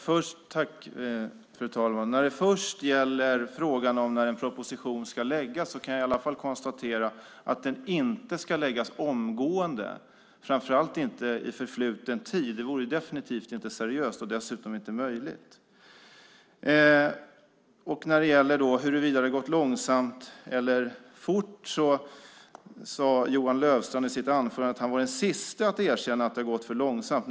Fru talman! Beträffande när en proposition ska läggas fram kan jag konstatera att den inte kommer att läggas fram omgående och framför allt gäller det förfluten tid - det vore definitivt inte seriöst och dessutom inte möjligt. Sedan gällde det huruvida det gått fort eller långsamt. I sitt anförande sade Johan Löfstrand att han var den siste att erkänna att det gått för långsamt.